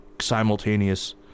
simultaneous